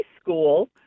school